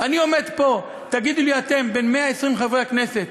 אני עומד פה, תגידו לי אתם: בין 120 חברי כנסת,